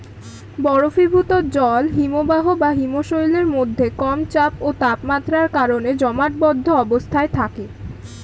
বরফীভূত জল হিমবাহ বা হিমশৈলের মধ্যে কম চাপ ও তাপমাত্রার কারণে জমাটবদ্ধ অবস্থায় থাকে